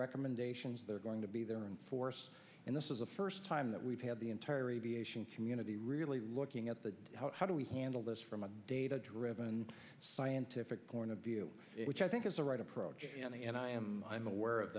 recommendations they're going to be there in force and this is the first time that we've had the entire aviation community really looking at that how do we handle this from a data driven scientific point of view which i think is the right approach and i am i'm aware of